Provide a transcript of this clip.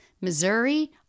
Missouri